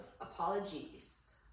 apologies